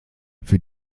für